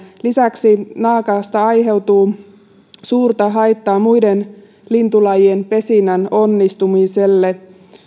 lisäksi naakasta aiheutuu suurta haittaa muiden lintulajien pesinnän onnistumiselle